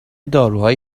داروهای